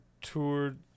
toured